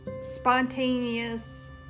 spontaneous